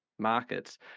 Markets